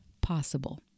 possible